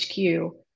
HQ